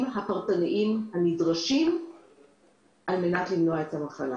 הפרטניים הנדרשים כדי למנוע את המחלה.